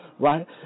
Right